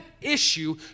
issue